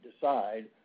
decide